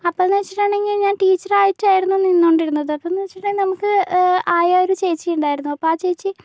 അപ്പൊന്നു വെച്ചിട്ടുണ്ടെങ്കിൽ ഞാൻ ടീച്ചറായിട്ടായിരുന്നു നിന്നുകൊണ്ടിരുന്നത് അപ്പോന്നു വെച്ചിട്ടുണ്ടെങ്കിൽ നമുക്ക് ആയ ഒരു ചേച്ചി ഉണ്ടായിരുന്നു അപ്പോൾ ആ ചേച്ചി